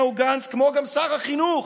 כמו גם שר החינוך,